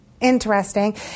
Interesting